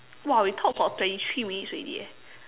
!wah! we talk for thirty three minutes already eh